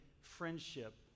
friendship